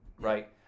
Right